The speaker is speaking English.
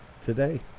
today